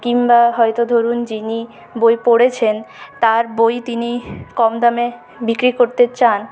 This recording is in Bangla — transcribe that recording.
কিংবা হয়তো ধরুন যিনি বই পড়েছেন তার বই তিনি কম দামে বিক্রি করতে চান